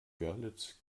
görlitz